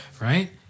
Right